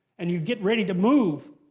and you get ready to move.